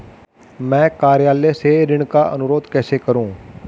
मैं कार्यालय से ऋण का अनुरोध कैसे करूँ?